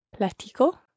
Platico